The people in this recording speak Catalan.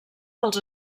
dels